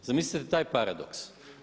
Zamislite taj paradoks.